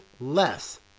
less